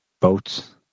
boats